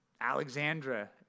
Alexandra